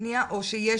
לבקשת